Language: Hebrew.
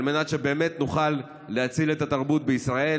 מנת שבאמת נוכל להציל את התרבות בישראל.